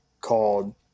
called